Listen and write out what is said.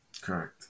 Correct